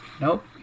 nope